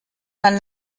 man